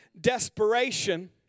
desperation